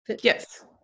Yes